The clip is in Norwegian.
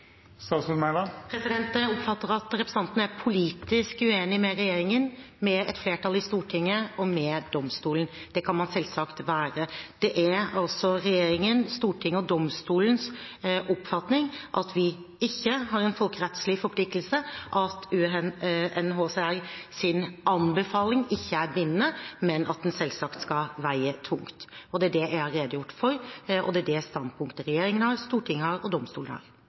Jeg oppfatter det slik at representanten er politisk uenig med regjeringen, med et flertall i Stortinget og med domstolen. Det kan man selvsagt være. Det er altså regjeringen, Stortinget og domstolens oppfatning at vi ikke har en folkerettslig forpliktelse, at UNHCRs anbefaling ikke er bindende, men at den selvsagt skal veie tungt. Det er det jeg har redegjort for, og det er det standpunktet regjeringen har, Stortinget har og domstolen har.